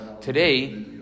today